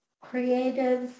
creative